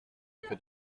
que